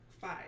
Five